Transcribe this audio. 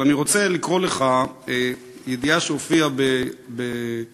אבל אני רוצה לקרוא לך ידיעה שהופיעה ב-ynet